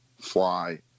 fly